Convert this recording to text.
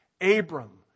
Abram